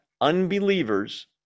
unbelievers